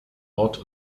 ort